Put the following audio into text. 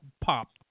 popped